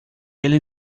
ele